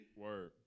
word